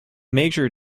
major